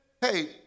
hey